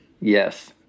Yes